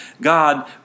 God